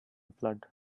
flood